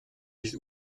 nicht